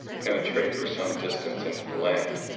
penetrate for some distance into the land,